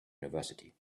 university